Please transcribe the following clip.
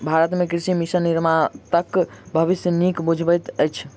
भारत मे कृषि मशीन निर्माताक भविष्य नीक बुझाइत अछि